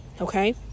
Okay